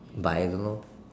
by I don't know